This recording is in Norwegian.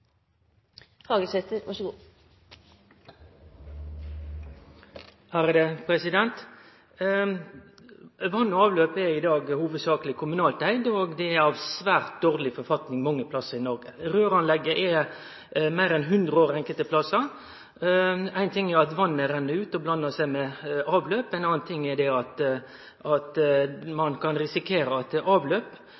i dag hovudsakleg kommunalt eigd, og det er i svært dårleg forfatning mange plassar i Noreg. Røyranlegget er meir enn 100 år enkelte plassar. Éin ting er at vatnet renn ut og blandar seg med avløp, ein annan ting er at ein kan risikere at